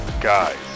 Guys